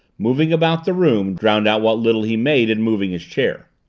moving about the room, drowned out what little he made in moving his chair.